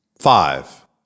Five